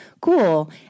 cool